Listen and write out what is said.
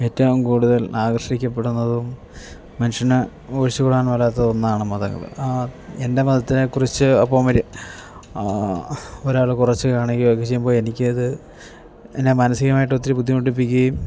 ഏറ്റവും കൂടുതൽ ആകർഷിക്കപ്പെടുന്നതും മനുഷ്യന് ഒഴിച്ചു കൂടാൻ മേലാത്ത ഒന്നാണ് മതങ്ങൾ എൻ്റെ മതത്തിനെക്കുറിച്ച് അപ്പം ഒരാൾ കുറച്ച് കാണിക്കുകയൊക്കെ ചെയ്യുമ്പോൾ എനിക്കത് എന്നെ മാനസികമായിട്ട് ഒത്തിരി ബുദ്ധിമുട്ടിപ്പിക്കുകയും